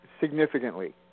significantly